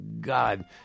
God